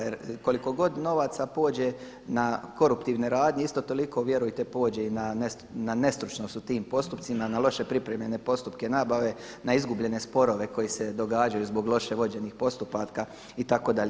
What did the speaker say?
Jer koliko god novaca pođe na koruptivne radnje isto toliko vjerujte pođe i na nestručnost u tim postupcima, na loše pripremljene postupke nabave, na izgubljene sporove koji se događaju zbog loše vođenih postupaka itd.